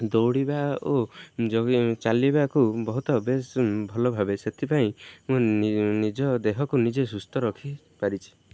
ଦୌଡ଼ିବା ଓ ଯୋଗ ଚାଲିବାକୁ ବହୁତ ବେଶ ଭଲ ଭାବେ ସେଥିପାଇଁ ମୁଁ ନିଜ ଦେହକୁ ନିଜେ ସୁସ୍ଥ ରଖିପାରିଛି